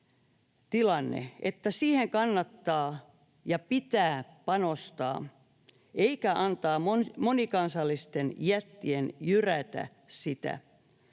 että siihen kannattaa ja pitää panostaa eikä antaa monikansallisten jättien jyrätä sitä.